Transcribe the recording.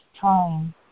trying